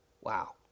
Wow